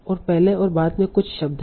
और पहले और बाद में कुछ शब्द हैं